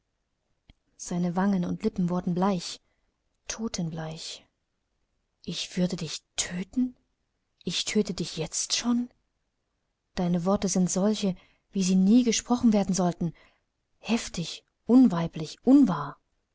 seine wangen und lippen wurden bleich totenbleich ich würde dich töten ich töte dich jetzt schon deine worte sind solche wie sie nie gesprochen werden sollten heftig unweiblich unwahr